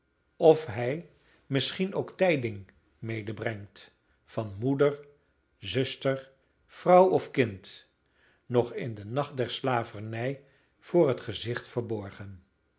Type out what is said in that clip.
of hij misschien ook tijding medebrengt van moeder zuster vrouw of kind nog in den nacht der slavernij voor het gezicht verborgen